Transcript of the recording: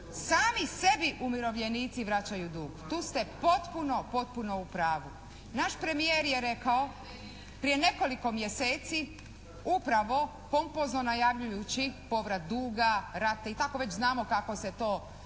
sami sebi umirovljenici vraćaju dug, tu ste potpuno, potpuno u pravu. Naš premijer je rekao prije nekoliko mjeseci upravo pompozno najavljujući povrat duga, rata, i tako već znamo kako se to